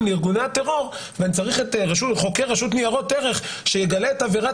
לארגוני הטרור ואני צריך את הרשות לניירות ערך שיגלה את עבירת